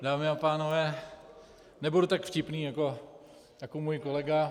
Dámy a pánové, nebudu tak vtipný jako můj kolega.